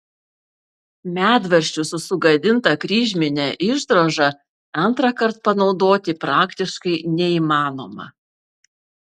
medvaržčius su sugadinta kryžmine išdroža antrąkart panaudoti praktiškai neįmanoma